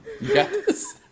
Yes